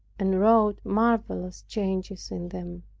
and wrought marvelous changes in them.